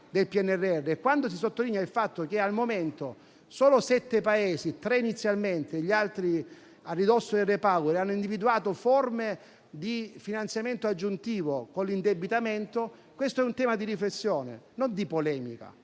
quota totale del PNRR, e che al momento solo sette Paesi (tre inizialmente, gli altri a ridosso del REPowerEU) hanno individuato forme di finanziamento aggiuntivo con l'indebitamento: questo è un tema di riflessione - e non di polemica